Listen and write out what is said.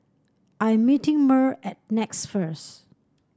I am meeting Merl at Nex first